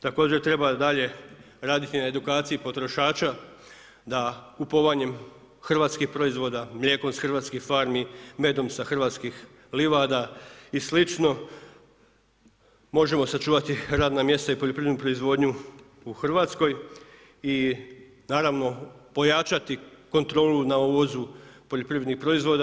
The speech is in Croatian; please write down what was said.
Također treba dalje raditi na edukaciji potrošača da kupovanjem hrvatskih proizvoda, mlijeko iz hrvatskih farmi, medom sa hrvatskih livada i slično možemo sačuvati radna mjesta i poljoprivrednu proizvodnju u Hrvatskoj i naravno pojačati kontrolu na uvozu poljoprivrednih proizvoda.